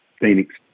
Phoenix